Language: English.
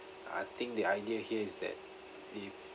I think the idea here is that if